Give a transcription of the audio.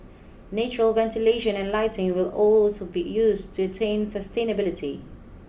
natural ventilation and lighting will also be used to attain sustainability